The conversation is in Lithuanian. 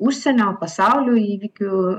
užsienio pasaulio įvykių